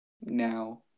now